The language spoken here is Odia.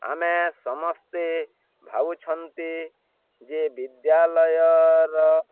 ଆମେ ସମସ୍ତେ ଭାବୁଛନ୍ତି ଯେ ବିଦ୍ୟାଳୟର